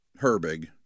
Herbig